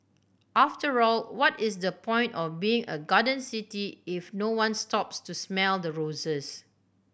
after all what is the point of being a garden city if no one stops to smell the roses